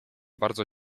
bardzo